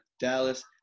Dallas